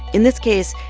in this case,